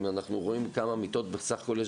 אם אנחנו רואים כמה מיטות בסך הכול יש